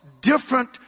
different